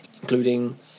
including